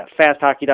fasthockey.com